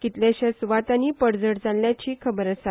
कितलेशेच सुवातांनी पडझड जाल्याची खबर आसा